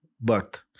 birth